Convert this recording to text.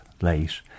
late